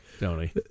Tony